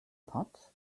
pot